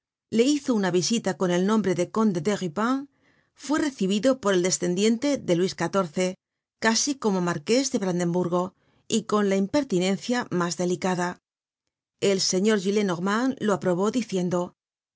le hizo una visita con el nombre de conde de rupin fue recibido por el descendiente de luis xiv casi como marqués de brandeburgo y con la impertinencia mas delicada el señor gillenormand lo aprobó diciendo